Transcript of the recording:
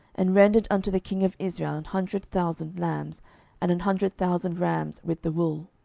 and rendered unto the king of israel an hundred thousand lambs, and an hundred thousand rams, with the wool.